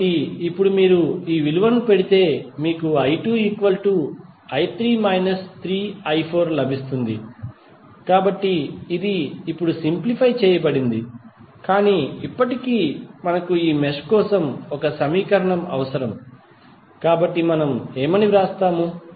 కాబట్టి ఇప్పుడు మీరు ఈ విలువలను పెడితే మీకు i2i3 3i4 లభిస్తుంది కాబట్టి ఇది ఇప్పుడు సింప్లిఫై చేయబడింది కాని ఇప్పటికీ మనకు ఈ మెష్ కోసం ఒక సమీకరణం అవసరం కాబట్టి మనం ఏమి వ్రాస్తాము